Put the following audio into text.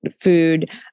food